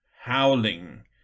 howling